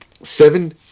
Seven